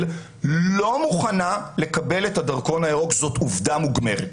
לא מוכנה לקבל את הדרכון הירוק וזאת עובדה מוגמרת.